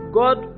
god